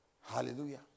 Hallelujah